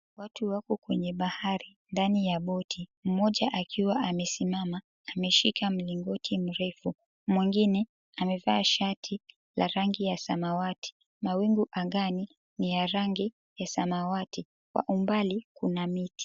Watu wako kwenye bahari ndani ya boti, mmoja akiwa amesimama ameshika mlingoti mrefu, mwingine amevaa shati la rangi ya samawati, mawingu angani ni ya rangi ya samawati. Kwa umbali kuna miti.